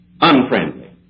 unfriendly